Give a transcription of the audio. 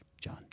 John